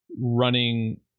Running